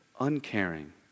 uncaring